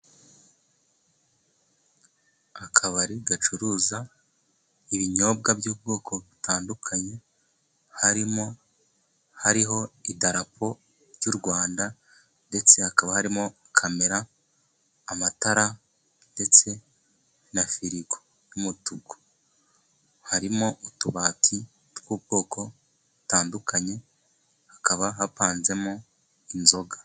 Akabari gacuruza ibinyobwa by'ubwoko butandukanye. Hariho idarapo ry'u Rwanda ndetse hakaba harimo camera, amatara ndetse na firigo y'umutuku. Harimo utubati tw'ubwoko butandukanye hakaba hapanzemo inzoga.